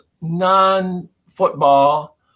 non-football